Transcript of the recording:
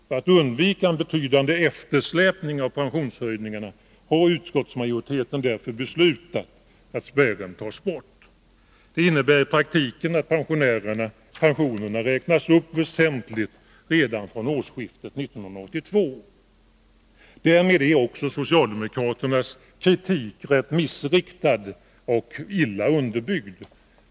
För att undvika en betydande eftersläpning av pensionshöjningarna har utskottsmajoriteten därför beslutat att spärren skall tas bort: Det innebär i praktiken att pensionerna räknas upp väsentligt redan från årsskiftet 1982. Därmed är också socialdemokraternas kritik rätt missriktad och illa underbyggd.